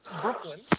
Brooklyn